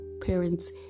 parents